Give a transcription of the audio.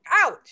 out